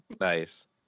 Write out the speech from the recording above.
nice